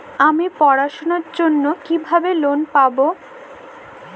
আমি পড়াশোনার জন্য কিভাবে লোন পাব?